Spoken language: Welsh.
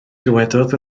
dywedodd